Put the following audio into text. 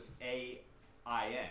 A-I-N